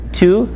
two